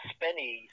Spenny